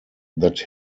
that